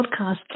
podcast